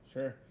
Sure